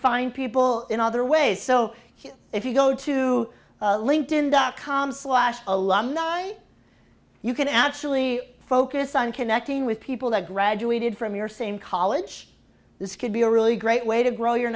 find people in other ways so if you go to linked in dot com slash alumni you can actually focus on connecting with people that graduated from your same college this could be a really great way to grow your